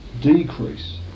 decrease